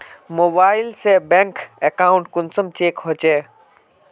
Mobile से bank account कुंसम check होचे?